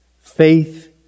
faith